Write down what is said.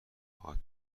خواهد